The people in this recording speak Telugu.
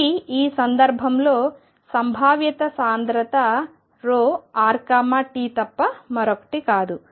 ఇది ఈ సందర్భంలో సంభావ్యత సాంద్రత ρrt తప్ప మరొకటి కాదు